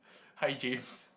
hi James